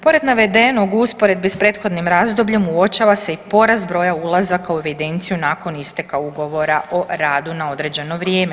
Pored navedenog u usporedbi sa prethodnim razdobljem uočava se i porast broja ulazaka u evidenciju nakon isteka ugovora o radu na određeno vrijeme.